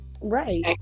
right